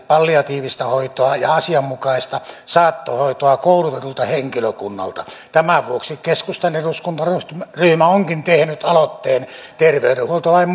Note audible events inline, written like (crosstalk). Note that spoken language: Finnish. (unintelligible) palliatiivista hoitoa ja asianmukaista saattohoitoa koulutetulta henkilökunnalta tämän vuoksi keskustan eduskuntaryhmä onkin tehnyt aloitteen terveydenhuoltolain (unintelligible)